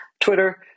Twitter